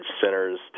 centers